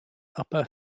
upper